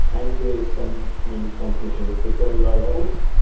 and we are seeing community transmission. it's at very low levels,